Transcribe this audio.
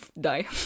die